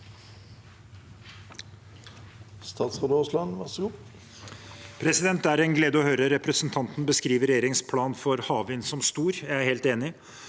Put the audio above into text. Det er en glede å høre representanten beskrive regjeringens plan for havvind som stor. Jeg er helt enig.